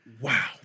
wow